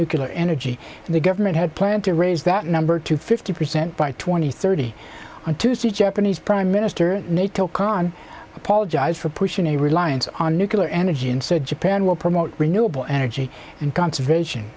nuclear energy and the government had planned to raise that number to fifty percent by twenty thirty on tuesday japanese prime minister naoto kan apologize for pushing a reliance on nuclear energy and said japan will promote renewable energy and conservation